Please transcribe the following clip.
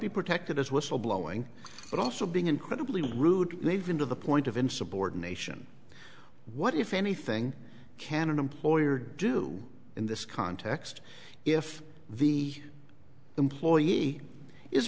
be protected as whistle blowing but also being incredibly rude even to the point of insubordination what if anything can an employer do in this context if the employee is